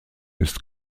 ist